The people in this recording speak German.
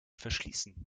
verschließen